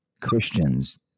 Christians